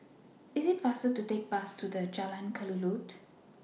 IT IS faster to Take The Bus to Jalan Kelulut